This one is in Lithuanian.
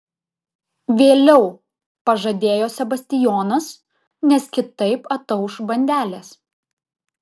vėliau pažadėjo sebastijonas nes kitaip atauš bandelės